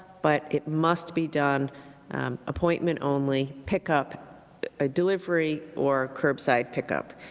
but it must be done appointment only. pickup, ah delivery, or curbside pickup.